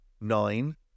nine